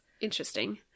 Interesting